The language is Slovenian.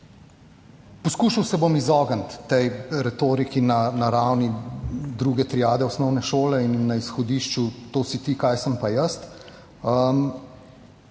Poskušal se bom izogniti retoriki na ravni druge triade osnovne šole in na izhodišču, to si ti, kaj sem pa jaz.